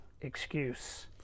excuse